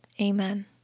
Amen